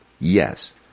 Yes